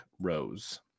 Rose